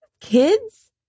kids